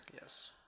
Yes